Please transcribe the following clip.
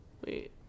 Wait